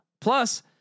Plus